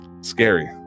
scary